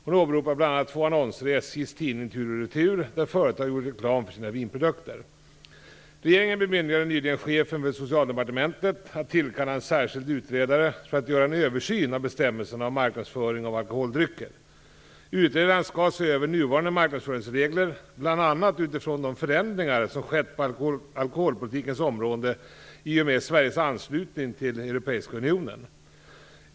Hon åberopar bl.a. två annonser i SJ:s tidning Tur & Retur, där företag gjort reklam för vinprodukter. Regeringen bemyndigade nyligen chefen för Socialdepartementet att tillkalla en särskild utredare för att göra en översyn av bestämmelserna om marknadsföring av alkoholdrycker. Utredaren skall se över nuvarande marknadsföringsregler bl.a. utifrån de förändringar som skett på alkoholpolitikens område i och med Sveriges anslutning till Europeiska unionen.